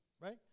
right